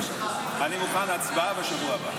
אלי, אני מוכן הצבעה בשבוע הבא.